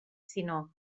sinó